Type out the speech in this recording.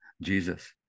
Jesus